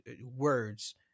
words